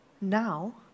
now